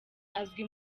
azwi